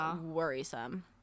worrisome